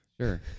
sure